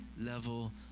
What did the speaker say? level